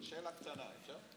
שאלה קטנה, אפשר?